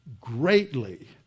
greatly